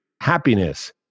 happiness